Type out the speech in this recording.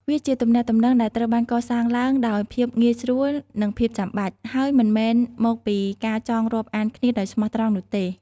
វាជាទំនាក់ទំនងដែលត្រូវបានកសាងឡើងដោយភាពងាយស្រួលនិងភាពចាំបាច់ ហើយមិនមែនមកពីការចង់រាប់អានគ្នាដោយស្មោះត្រង់នោះទេ។